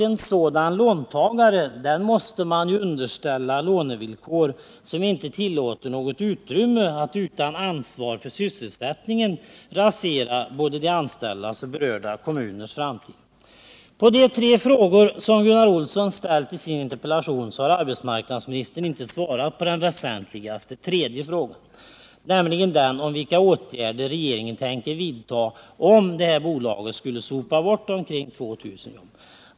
En sådan låntagare måste underställas lånevillkor som inte tillåter något utrymme för att utan ansvar för sysselsättningen rasera både de anställdas och berörda kommuners framtid. Av de tre frågor som Gunnar Olsson ställt i sin interpellation har arbetsmarknadsministern inte svarat på den väsentligaste, tredje frågan, nämligen om vilka åtgärder regeringen tänker vidta om detta bolag skulle sopa bort omkring 2000 jobb.